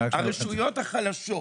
הרשויות החלשות,